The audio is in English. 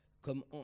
comme